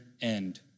end